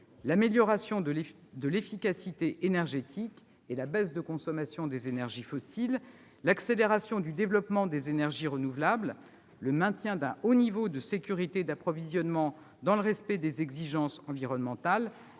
l'amélioration de l'efficacité énergétique et la baisse de la consommation d'énergies fossiles, l'accélération du développement des énergies renouvelables, le maintien d'un haut niveau de sécurité d'approvisionnement dans le respect des exigences environnementales,